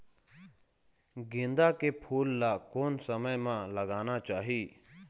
गेंदा के फूल ला कोन समय मा लगाना चाही?